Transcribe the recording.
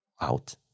out